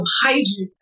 hydrates